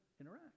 interact